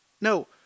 No